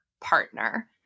partner